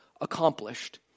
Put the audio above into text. accomplished